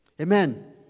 amen